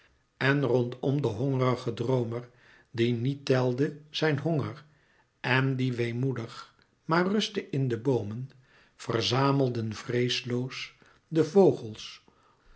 en rondom den hongerigen droomer die niet telde zijn honger en die weemoedig maar rustte in de bloemen verzamelden vreesloos de vogels